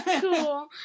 cool